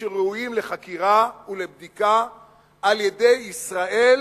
שראויים לחקירה ולבדיקה על-ידי ישראל,